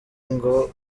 ngo